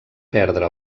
perdre